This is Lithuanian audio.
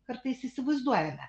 kartais įsivaizduojame